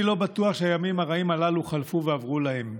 אני לא בטוח שהימים הרעים הללו חלפו ועברו להם.